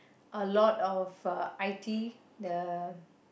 alot of I_T the